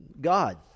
God